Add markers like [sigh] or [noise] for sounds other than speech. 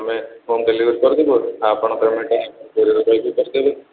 ଆମେ home delivery କରିଦେବୁ ଆଉ ଆପଣ ପେମେଣ୍ଟଟା [unintelligible] ଡ଼େଲିଭରି ବୟକୁ କରିଦେବେ